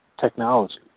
technology